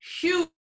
huge